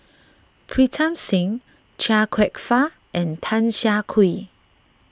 Pritam Singh Chia Kwek Fah and Tan Siah Kwee